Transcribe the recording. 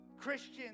Christians